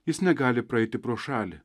jis negali praeiti pro šalį